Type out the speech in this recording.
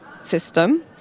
system